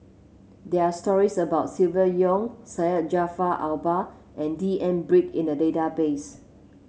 there are stories about Silvia Yong Syed Jaafar Albar and D N Pritt in the database